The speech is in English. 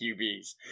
QBs